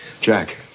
Jack